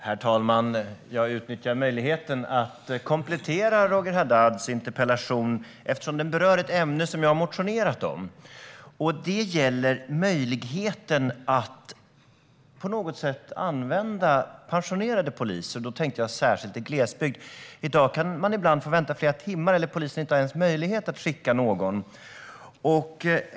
Herr talman! Jag utnyttjar möjligheten att komplettera Roger Haddads interpellation, eftersom den berör ett ämne som jag har motionerat om. Det gäller möjligheten att på något sätt använda pensionerade poliser, och då tänker jag särskilt på glesbygden. I dag kan man ibland få vänta i flera timmar, eller så har polisen inte ens möjlighet att skicka någon.